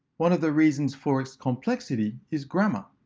one of the reasons for its complexity is grammar.